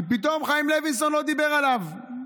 כי פתאום חיים לוינסון לא דיבר עליו,